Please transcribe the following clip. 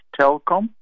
TELCOM